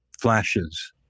flashes